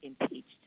impeached